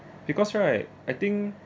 because right I think